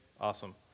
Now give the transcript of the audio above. Awesome